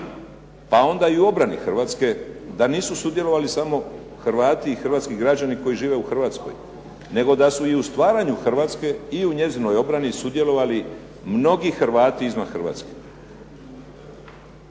pa onda i u obrani Hrvatske da nisu sudjelovali samo Hrvati i hrvatski građani koji žive u Hrvatskoj, nego da su i u stvaranju Hrvatske i u njezinoj obrani sudjelovali mnogi Hrvati izvan Hrvatske.